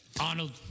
Arnold